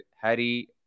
Harry